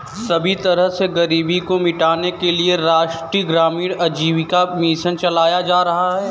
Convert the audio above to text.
सभी तरह से गरीबी को मिटाने के लिये राष्ट्रीय ग्रामीण आजीविका मिशन चलाया जा रहा है